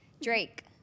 Drake